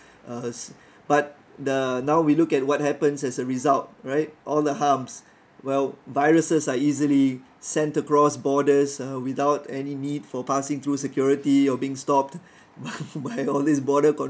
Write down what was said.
uh but uh now we look at what happens as a result right all the harms well viruses are easily sent across borders uh without any need for passing through security or being stopped by all these border